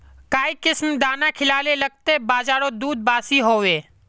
काई किसम दाना खिलाले लगते बजारोत दूध बासी होवे?